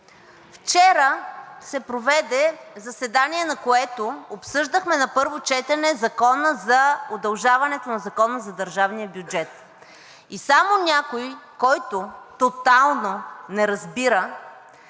Вчера се проведе заседание, на което обсъждахме на първо четене удължаването на Закона за държавния бюджет и само някой, който тотално не разбира